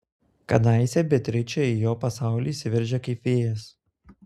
kadaise beatričė į jo pasaulį įsiveržė kaip vėjas